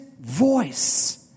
voice